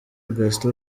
gaston